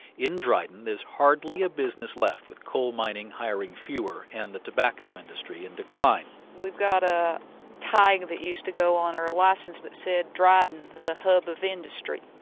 in dryden, there's hardly a business left, with coal mining hiring fewer and the tobacco industry in decline we've got a tag that used to go on our license that said dryden, the hub of industry.